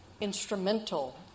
instrumental